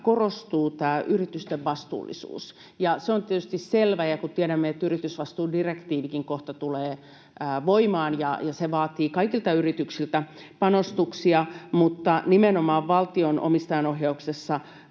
korostuu tämä yritysten vastuullisuus. Se on tietysti selvä, ja kun tiedämme, että yritysvastuudirektiivikin kohta tulee voimaan ja se vaatii kaikilta yrityksiltä panostuksia, nimenomaan valtion omistajaohjauksessa